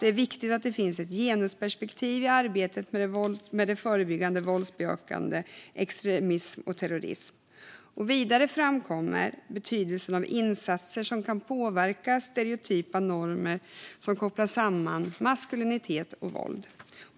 Det är viktigt att det finns ett genusperspektiv i arbetet med att förebygga våldsbejakande extremism och terrorism. Vidare framkom betydelsen av insatser som kan påverka stereotypa normer som kopplar samman maskulinitet och våld.